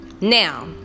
Now